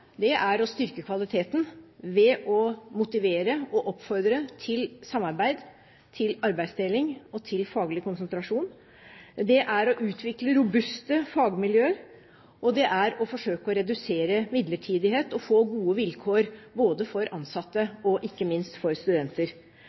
plan, er å styrke kvaliteten, ved å motivere og oppfordre til samarbeid, til arbeidsdeling og til faglig konsentrasjon, det er å utvikle robuste fagmiljøer, det er å forsøke å redusere midlertidighet, og få gode vilkår, både for ansatte og ikke minst for studenter.